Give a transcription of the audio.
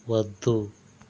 వద్దు